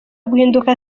guhinduka